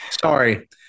sorry